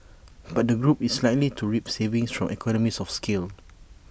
but the group is likely to reap savings from economies of scale